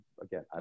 Again